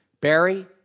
Barry